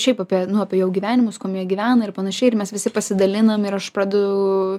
šiaip apie nu apie jų gyvenimus kuom jie gyvena ir panašiai ir mes visi pasidalinam ir aš pradedu